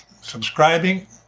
subscribing